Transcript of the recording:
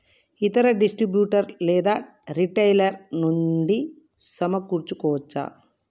ఇతర డిస్ట్రిబ్యూటర్ లేదా రిటైలర్ నుండి సమకూర్చుకోవచ్చా?